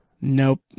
Nope